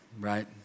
right